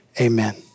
amen